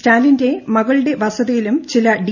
സ്റ്റാലിന്റെ മകളുടെ വസതിയിലും ചില ഡി